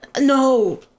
No